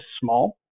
small